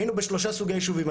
היינו בשלושה סוגי ישובים,